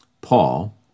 Paul